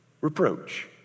Reproach